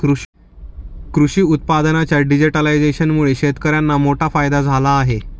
कृषी उत्पादनांच्या डिजिटलायझेशनमुळे शेतकर्यांना मोठा फायदा झाला आहे